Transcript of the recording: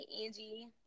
Angie